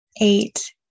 eight